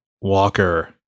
walker